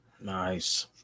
Nice